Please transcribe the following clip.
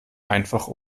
einfach